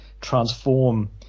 transform